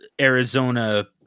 Arizona